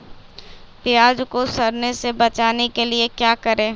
प्याज को सड़ने से बचाने के लिए क्या करें?